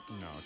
No